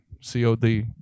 C-O-D